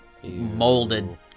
molded